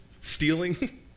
stealing